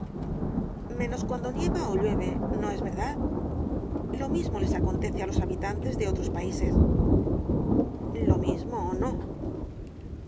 menos cuando nieva ó llueve no es verdad lo mismo les acontece á los habitantes de otros países lo mismo no bah